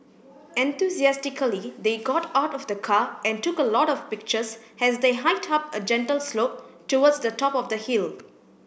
enthusiastically they got out of the car and took a lot of pictures as they hiked up a gentle slope towards the top of the hill